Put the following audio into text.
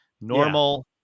normal